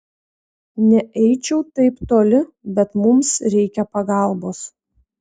neeičiau taip toli bet mums reikia pagalbos